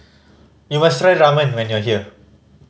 you must try Ramen when you are here